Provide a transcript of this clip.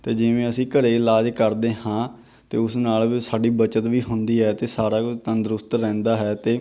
ਅਤੇ ਜਿਵੇਂ ਅਸੀਂ ਘਰੇ ਇਲਾਜ ਕਰਦੇ ਹਾਂ ਤਾਂ ਉਸ ਨਾਲ ਵੀ ਸਾਡੀ ਬੱਚਤ ਵੀ ਹੁੰਦੀ ਹੈ ਅਤੇ ਸਾਰਾ ਕੁਝ ਤੰਦਰੁਸਤ ਰਹਿੰਦਾ ਹੈ ਅਤੇ